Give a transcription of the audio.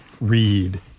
read